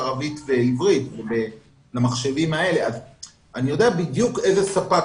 ערבית ועברית אז אני יודע בדיוק איזה ספק